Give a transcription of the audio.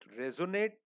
resonate